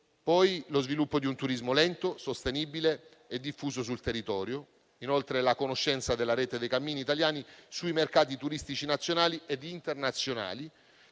e lo sviluppo di un turismo lento, sostenibile e diffuso sul territorio. Inoltre, potremo assicurare la conoscenza della rete dei cammini italiani sui mercati turistici nazionali ed internazionali,